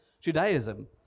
Judaism